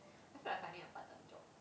I feel like finding a part time job